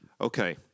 Okay